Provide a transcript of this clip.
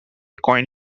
coin